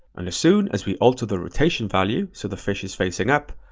and as soon as we alter the rotation value so the fish is facing up,